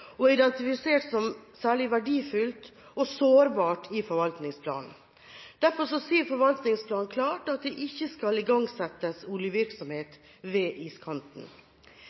og er identifisert som særlig verdifullt og sårbart i forvaltningsplanen. Derfor sier forvaltningsplanen klart at det ikke skal igangsettes oljevirksomhet ved iskanten.